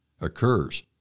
occurs